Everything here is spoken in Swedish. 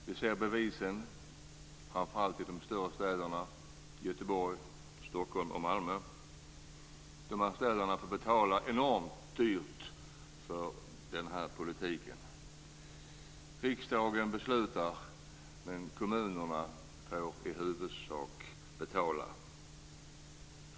Vi kan se bevisen i framför allt de större städerna, Göteborg, Stockholm och Malmö. Dessa städer får betala enormt dyrt för den här politiken. Riksdagen beslutar, men det är kommunerna som i huvudsak får betala.